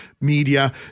media